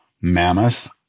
mammoth